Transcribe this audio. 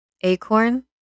Acorn